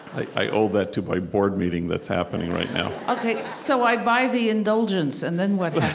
i owe that to my board meeting that's happening right now ok, so i buy the indulgence, and then what